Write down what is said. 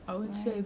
ya